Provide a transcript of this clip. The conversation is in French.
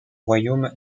royaume